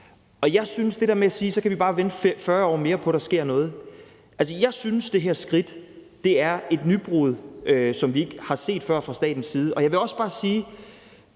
I forbindelse med at man siger, at så kan vi bare vente 40 år mere på, at der sker noget, vil jeg sige, at jeg synes, at det her skridt er et nybrud, noget, som vi ikke har set før fra statens side. Jeg vil også bare sige,